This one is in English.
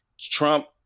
Trump